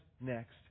next